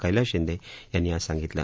कैलास शिंदे यांनी आज सांगितलं